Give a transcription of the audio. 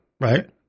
Right